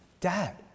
Dad